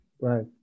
right